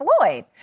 Floyd